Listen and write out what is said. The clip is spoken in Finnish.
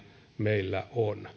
meillä on